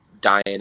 dying